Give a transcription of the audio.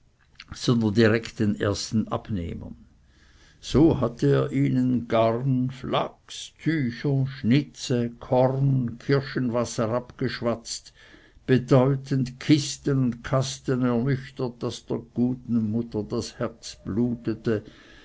direkt den ersten abnehmern so hatte er ihnen garn flachs tücher schnitze korn kirschenwasser abgeschwatzt bedeutend kisten und kasten ernüchtert daß der guten mutter das herz blutete